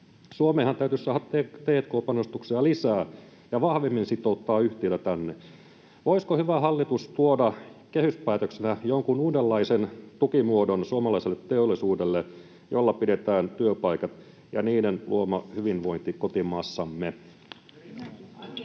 Suomeenhan täytyisi saada t&k-panostuksia lisää ja täytyisi vahvemmin sitouttaa yhtiöitä tänne. Voisiko hyvä hallitus tuoda kehyspäätöksenä suomalaiselle teollisuudelle jonkun uudenlaisen tukimuodon, jolla pidetään työpaikat ja niiden luoma hyvinvointi kotimaassamme? [Leena